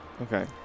Okay